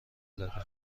داره